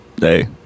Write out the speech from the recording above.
Hey